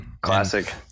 classic